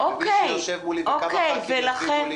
ומי שיושב מולי וכמה חברי כנסת יושבים מולי,